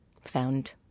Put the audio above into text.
found